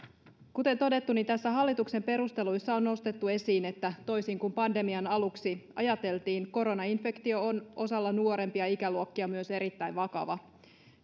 kuten todettu niin näissä hallituksen perusteluissa on nostettu esiin että toisin kuin pandemian aluksi ajateltiin koronainfektio on osalla nuorempia ikäluokkia myös erittäin vakava